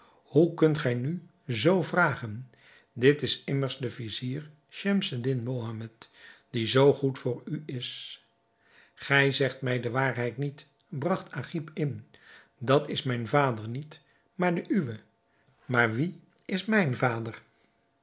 hoe kunt gij nu zoo vragen dit is immers de vizier schemseddin mohammed die zoo goed voor u is gij zegt mij de waarheid niet bragt agib in dat is mijn vader niet maar de uwe maar wie is mijn vader